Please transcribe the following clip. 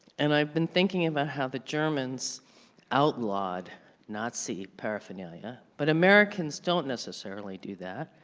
and i've been thinking about how the germans outlawed nazi paraphernalia, but americans don't necessarily do that.